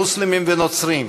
מוסלמים ונוצרים,